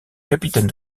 capitaine